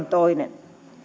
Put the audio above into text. toinen